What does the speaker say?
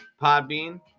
Podbean